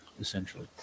essentially